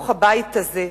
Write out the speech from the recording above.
מתוך הבית הזה,